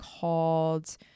called